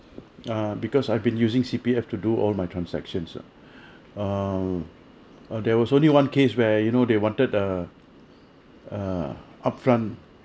uh because I've been using C_P_F to do all my transaction ah um there was only one case where you know they wanted uh uh upfront